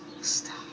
Stop